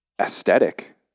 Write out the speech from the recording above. aesthetic